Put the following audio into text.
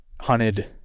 hunted